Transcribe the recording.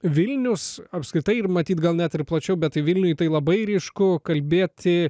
vilnius apskritai ir matyt gal net ir plačiau bet vilniuj tai labai ryšku kalbėti